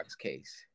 case